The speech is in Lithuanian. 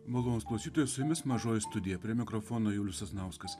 malonūs klausytojai su jumis mažoji studija prie mikrofono julius sasnauskas